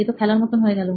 এত খেলার মতন হয়ে গেল